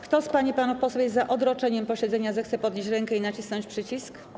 Kto z pań i panów posłów jest za odroczeniem posiedzenia, zechce podnieść rękę i nacisnąć przycisk.